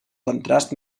contrast